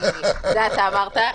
את זה אתה אמרת.